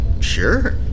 Sure